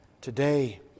today